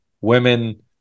women